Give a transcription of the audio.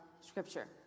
scripture